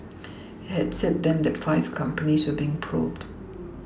it had said then that five companies were being probed